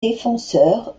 défenseur